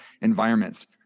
environments